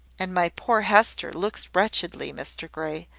and my poor hester looks wretchedly, mr grey.